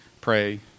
pray